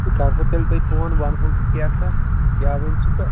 بہٕ کرٕہو تیٚلہِ تۄہہِ فون ونہٕ ہو کیٛاہ سا کیاہ ونہِ سُہ تہٕ